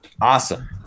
awesome